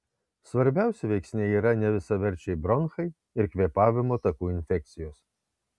svarbiausi veiksniai yra nevisaverčiai bronchai ir kvėpavimo takų infekcijos